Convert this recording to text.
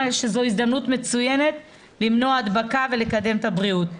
שזו הזדמנות מצוינת למנוע הדבקה ולקדם את הבריאות.